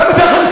למה אתה חנפן?